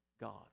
God